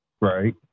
Right